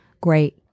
great